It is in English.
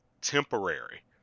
temporary